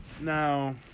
Now